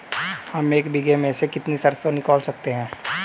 हम एक बीघे में से कितनी सरसों निकाल सकते हैं?